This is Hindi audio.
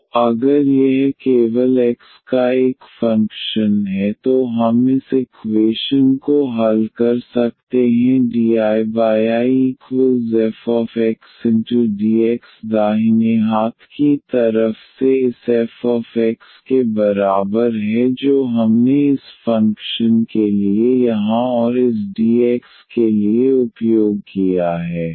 तो अगर यह केवल x का एक फंक्शन है तो हम इस इक्वेशन को हल कर सकते हैं dIIfxdx दाहिने हाथ की तरफ से इस fx के बराबर है जो हमने इस फ़ंक्शन के लिए यहाँ और इस dx के लिए उपयोग किया है